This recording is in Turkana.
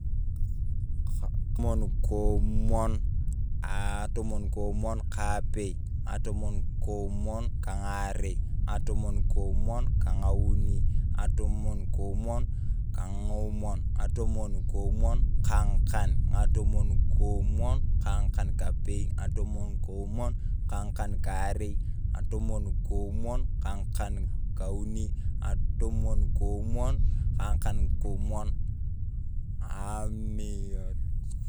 Ng'atomon komon, ng'atomon komon kaapei, ng'atomon komon kaang'arei, ng'atomon komon kaang’au, ng'atomon, komon kaang'omon, ng'atomon komon kaang’akaan, ng'atomon komon kaang’akaapei, ng'atomon komon kang'akankarei, ng’atomon komon kaang’akankauni, ng’atomon komon kaang’akaakoomon, amiat.